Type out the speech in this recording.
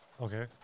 Okay